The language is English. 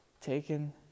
taken